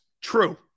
True